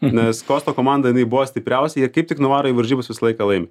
nes kosto komanda jinai buvo stipriausia ir kaip tik nuvaro į varžybas visą laiką laimi